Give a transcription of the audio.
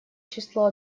число